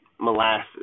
Molasses